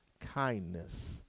kindness